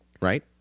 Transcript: right